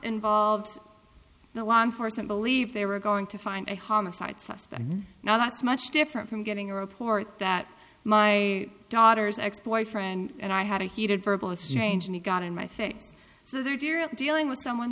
involved the law enforcement believed they were going to find a homicide suspect now that's much different from getting a report that my daughter's ex boyfriend and i had a heated verbal exchange and he got in my face so there dear are dealing with someone